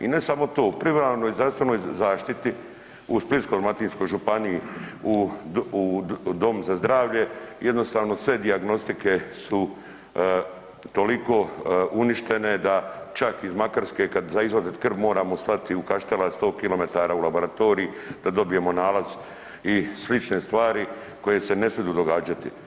I ne samo to, primarnoj i zdravstvenoj zaštiti u Splitsko-dalmatinskoj županiji u Domu za zdravlje jednostavno sve dijagnostike su toliko uništene da čak iz Makarske za izvadit krv moramo slati u Kaštela 100 km u laboratorij da dobijemo nalaz i slične stvari koje se ne smiju događati.